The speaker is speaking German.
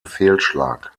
fehlschlag